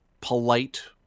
polite